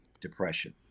depression